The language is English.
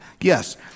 Yes